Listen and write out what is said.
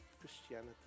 Christianity